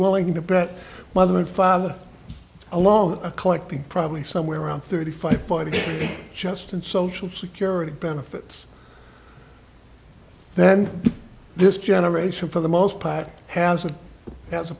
willing to bet mother and father along collecting probably somewhere around thirty five forty just in social security benefits then this generation for the most part has a has a